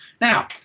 Now